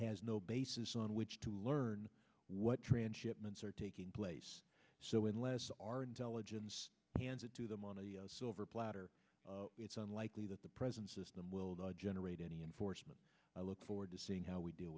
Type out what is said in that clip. has no basis on which to learn what transshipments are taking place so unless our intelligence pans it to them on a silver platter it's unlikely that the present system will generate any enforcement i look forward to seeing how we deal